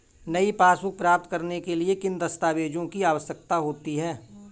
नई पासबुक प्राप्त करने के लिए किन दस्तावेज़ों की आवश्यकता होती है?